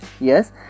yes